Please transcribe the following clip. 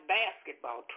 basketball